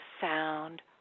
sound